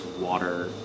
water